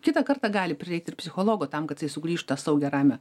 kitą kartą gali prireikt ir psichologo tam kad jisai sugrįžtų į tą saugią ramią